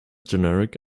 generic